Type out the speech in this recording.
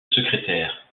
secrétaires